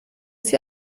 sie